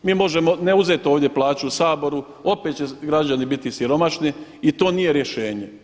Mi možemo ne uzeti ovdje plaću u Saboru opet će građani biti siromašni i to nije rješenje.